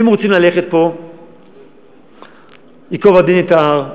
אם רוצים ללכת פה בייקוב הדין את ההר,